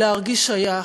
להרגיש שייך.